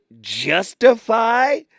justify